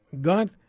God